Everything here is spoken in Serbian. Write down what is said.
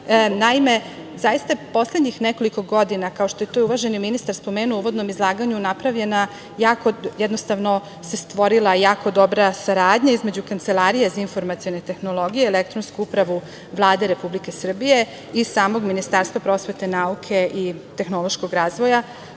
Naime, zaista poslednjih nekoliko godina, kao što je to i uvaženi ministar spomenuo u uvodnom izlaganju napravljena jako, jednostavno se stvorila jako dobra saradnja između Kancelarije za informacione tehnologije elektronsku upravu Vlade Republike Srbije i samog Ministarstva prosvete nauke i tehnološkog razvoja,